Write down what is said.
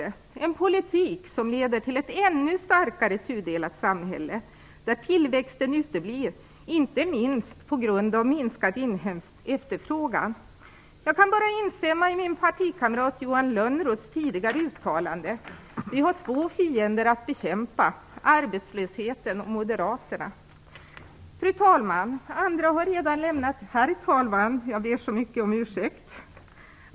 Det är en politik som leder till ett ännu starkare tudelat samhälle, där tillväxten uteblir, inte minst på grund av minskad inhemsk efterfrågan. Jag kan bara instämma i min partikamrat Johan Lönnroths tidigare uttalande. Vi har två fiender att bekämpa: arbetslösheten och Herr talman!